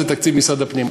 זה תקציב משרד הפנים.